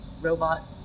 robot